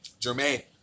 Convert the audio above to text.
Jermaine